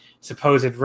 supposed